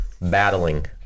Battling